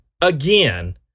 again